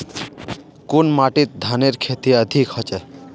कुन माटित धानेर खेती अधिक होचे?